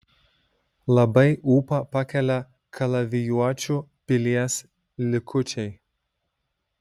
labai ūpą pakelia kalavijuočių pilies likučiai